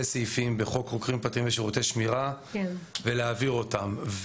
סעיפים בחוק חוקרים פרטיים ושירותי שמירה ולהעביר אותם.